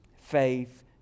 faith